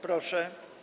Proszę.